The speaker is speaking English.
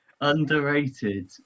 Underrated